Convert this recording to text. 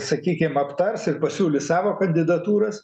sakykim aptars ir pasiūlys savo kandidatūras